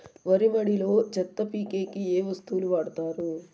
వరి మడిలో చెత్త పీకేకి ఏ వస్తువులు వాడుతారు?